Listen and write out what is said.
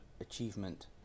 achievement